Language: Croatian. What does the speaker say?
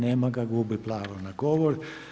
Nema ga, gubi pravo na govor.